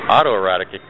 Autoerotic